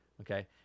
Okay